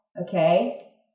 Okay